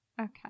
Okay